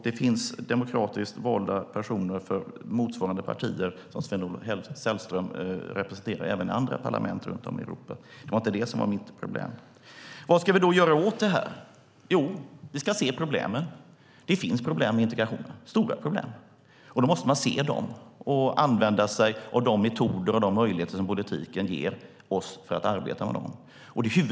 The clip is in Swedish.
Det finns demokratiskt valda personer i partier som motsvarar Sven-Olof Sällströms parti även i andra parlament i Europa. Det var inte det som var mitt problem. Vad ska vi då göra åt detta? Jo, vi ska se problemen. Det finns problem med integrationen - stora problem - och dem måste man se och använda de metoder som politiken ger oss att arbeta med dem.